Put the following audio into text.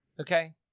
Okay